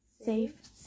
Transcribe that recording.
Safe